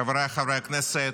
חבריי חברי הכנסת,